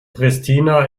pristina